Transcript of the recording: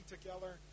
together